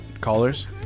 callers